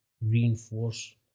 reinforce